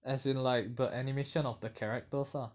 as in like the animation of the characters ah